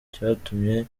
cyatumye